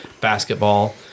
basketball